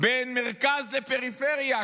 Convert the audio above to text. בין מרכז לפריפריה.